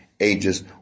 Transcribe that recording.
ages